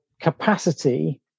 capacity